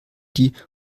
die